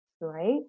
right